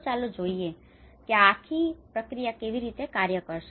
તો ચાલો જોઈએ કે આ આખી પ્રક્રિયા કેવી રીતે કાર્ય કરશે